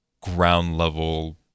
ground-level